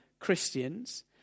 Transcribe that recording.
Christians